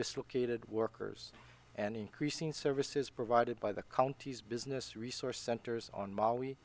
dislocated workers and increasing services provided by the county's business resource centers on m